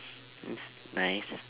was it nice